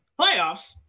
Playoffs